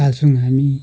पाल्छौँ हामी